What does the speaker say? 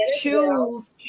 choose